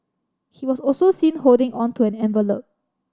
he was also seen holding on to an envelop